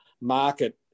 market